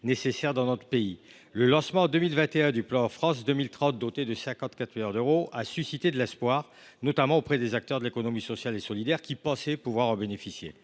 nécessaire à notre pays. Le lancement en 2021 du plan France 2030, doté de 54 milliards d’euros, a suscité de l’espoir, notamment auprès des acteurs de l’économie sociale et solidaire, qui pensaient pouvoir en bénéficier.